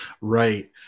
Right